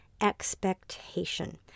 expectation